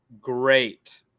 great